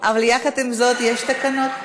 אבל יחד עם זאת, יש תקנות.